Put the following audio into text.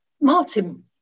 Martin